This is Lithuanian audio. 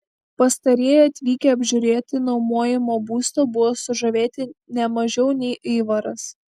pastarieji atvykę apžiūrėti nuomojamo būsto buvo sužavėti ne mažiau nei aivaras